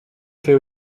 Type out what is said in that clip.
fait